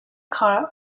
car